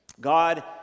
God